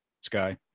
Sky